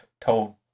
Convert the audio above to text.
told